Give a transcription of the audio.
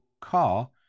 car